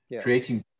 creating